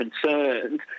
concerns